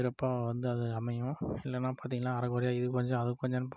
சிறப்பாக வந்து அது அமையும் இல்லைனா பார்த்திங்ன்னா அரை குறையா இதுக்கு கொஞ்சம் அதுக்கு கொஞ்சோன்னு போனோம்னால்